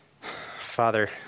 Father